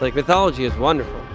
like mythology is wonderful.